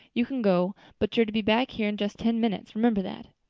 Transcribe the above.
you can go, but you're to be back here in just ten minutes, remember that.